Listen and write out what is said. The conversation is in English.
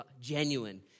genuine